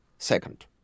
Second